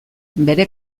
bere